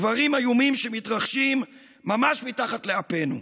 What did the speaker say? דברים איומים שמתרחשים ממש מתחת לאפינו.